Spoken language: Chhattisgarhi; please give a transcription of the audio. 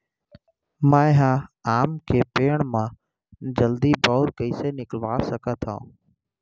मैं ह आम के पेड़ मा जलदी बौर कइसे निकलवा सकथो?